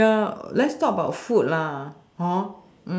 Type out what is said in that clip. we are let's talk about food lah hor